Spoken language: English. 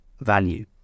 value